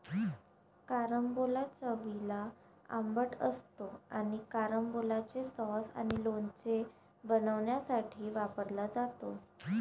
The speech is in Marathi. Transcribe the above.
कारंबोला चवीला आंबट असतो आणि कॅरंबोलाचे सॉस आणि लोणचे बनवण्यासाठी वापरला जातो